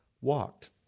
walked